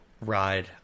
ride